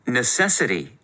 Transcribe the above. necessity